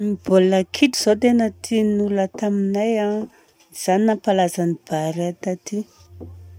Ny baolina kitra zao no tena tian'olona taminay an, izany nampalaza ny barea taty.